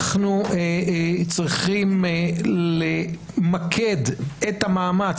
אנחנו צריכים למקד את המאמץ,